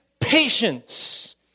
patience